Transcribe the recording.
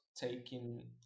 taking